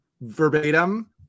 verbatim